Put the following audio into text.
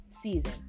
season